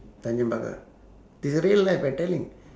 tanjong pagar this real life I telling